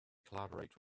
collaborate